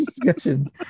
discussion